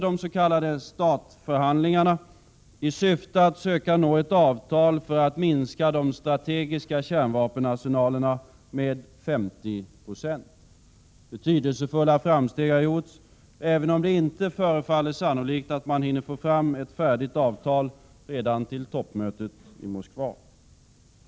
De s.k. START-förhandlingarna fortsätter i syfte att söka nå ett avtal för att minska de strategiska kärnvapenarsenalerna med 50 96. Betydelsefulla framsteg har gjorts, även om det inte förefaller sannolikt att man hinner får fram ett färdigt avtal redan till toppmötet i Moskva.